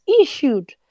issued